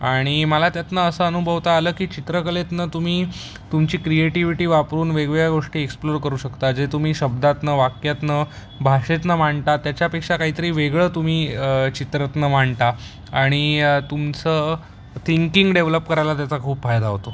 आणि मला त्यातनं असं अनुभवता आलं की चित्रकलेतून तुम्ही तुमची क्रिएटिव्हिटी वापरून वेगवेगळ्या गोष्टी एक्सप्लोर करू शकता जे तुम्ही शब्दातून वाक्यातून भाषेतून मांडता त्याच्यापेक्षा काहीतरी वेगळं तुम्ही चित्रातून मांडता आणि तुमचं थिंकिंग डेव्हलप करायला त्याचा खूप फायदा होतो